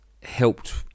helped